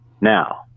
now